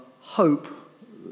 hope